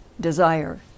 desire